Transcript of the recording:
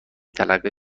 تلقی